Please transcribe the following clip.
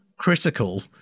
Critical